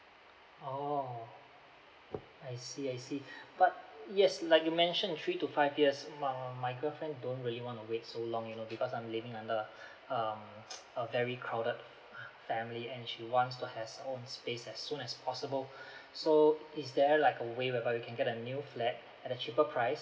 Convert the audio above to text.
oh I see I see but yes like you mention three to five years mah my girlfriend don't really want to wait so long you know because I'm living under um a very crowded family and she wants to has own space as soon as possible so is there like a way whereby we can get a new flat at a cheaper price